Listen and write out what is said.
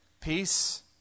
peace